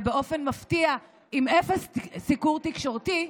ובאופן מפתיע עם אפס סיקור תקשורתי,